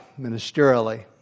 ministerially